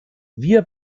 wir